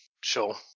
Sure